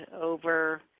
over